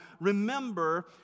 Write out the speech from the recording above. remember